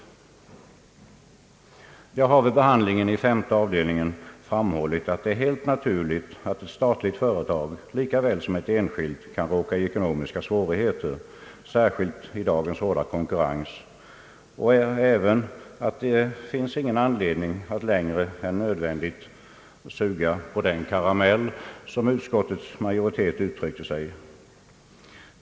Jag har vid behandlingen i femte avdelningen framhållit att det är helt naturligt att ett statligt företag, lika väl som ett enskilt, kan råka i ekonomiska svårigheter, särskilt i dagens hårda konkurrens, och även att det inte finns någon anledning att längre än nödvändigt »suga på den karamellen», som utskottets majoritet uttryckte sig.